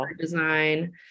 design